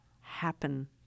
happen